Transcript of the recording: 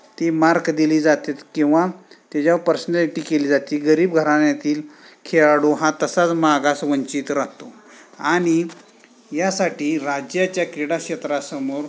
ती मार्कं दिली जातात किंवा त्याच्यावर पर्सनॅलिटी केली जाते गरीब घराण्यातील खेळाडू हा तसाच मागास वंचित राहातो आणि यासाठी राज्याच्या क्रीडाक्षेत्रासमोर